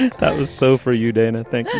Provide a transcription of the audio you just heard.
that was so for you, dana thank